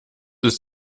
ist